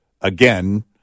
again